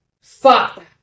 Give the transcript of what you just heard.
Fuck